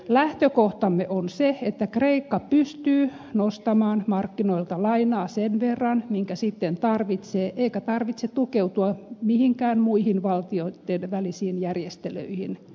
lähtökohtamme on se että kreikka pystyy nostamaan markkinoilta lainaa sen verran minkä sitten tarvitsee eikä tarvitsisi tukeutua mihinkään muihin valtioitten välisiin järjestelyihin